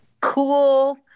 cool